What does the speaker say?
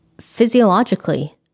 physiologically